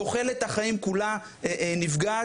תוחלת החיים כולה נפגעת,